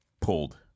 pulled